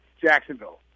Jacksonville